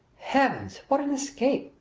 heavens, what an escape!